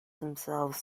themselves